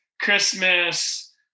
Christmas